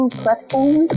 platform